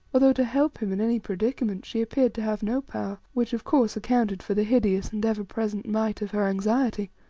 although to help him in any predicament she appeared to have no power, which, of course, accounted for the hideous and ever-present might of her anxiety.